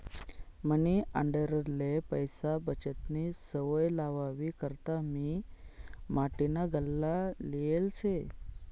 मनी आंडेरले पैसा बचतनी सवय लावावी करता मी माटीना गल्ला लेयेल शे